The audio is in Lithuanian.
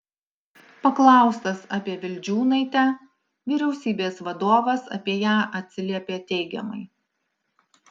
paklaustas apie vildžiūnaitę vyriausybės vadovas apie ją atsiliepė teigiamai